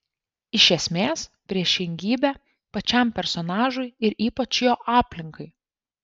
iš esmės priešingybė pačiam personažui ir ypač jo aplinkai